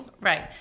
right